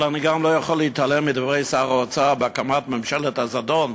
אבל אני גם לא יכול להתעלם מדברי שר האוצר בהקמת ממשלת הזדון,